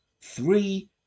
three